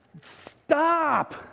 stop